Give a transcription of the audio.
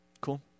cool